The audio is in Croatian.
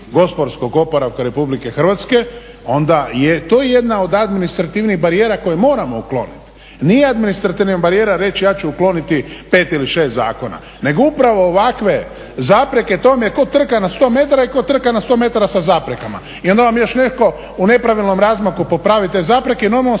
gospodarskog oporavka Republike Hrvatske onda je to jedna od administrativnih barijera koje moramo ukloniti. Nije administrativna barijera reći ja ću ukloniti 5 ili 6 zakona nego upravo ovakve zapreke, to vam je ko trka na sto metara i ko trka na sto metara sa zaprekama. I onda vam još netko u nepravilnom razmaku popravi te zapreke, normalna